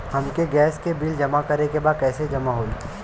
हमके गैस के बिल जमा करे के बा कैसे जमा होई?